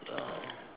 ah